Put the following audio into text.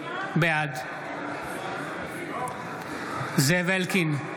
בעד זאב אלקין,